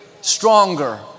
stronger